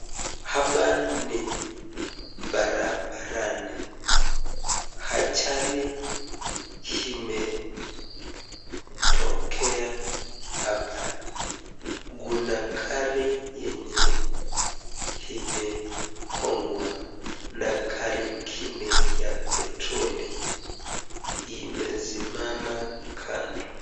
Hapa ni barabarani ajali imetokea hapa. Kuna gari yenye imekongwa na gari ngine ya petroli imesimama kando.